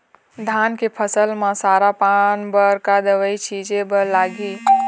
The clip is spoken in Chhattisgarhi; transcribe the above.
धान के फसल म सरा पान बर का दवई छीचे बर लागिही?